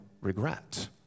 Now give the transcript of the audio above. regret